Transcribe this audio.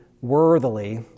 worthily